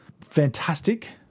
Fantastic